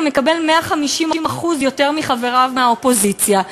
מקבל 150% ממה שמקבלים חבריו מהאופוזיציה,